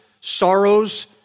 sorrows